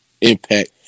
impact